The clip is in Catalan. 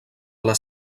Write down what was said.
les